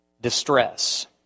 distress